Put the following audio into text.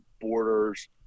borders